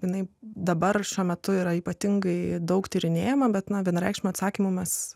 jinai dabar šiuo metu yra ypatingai daug tyrinėjama bet vienareikšmio atsakymo mes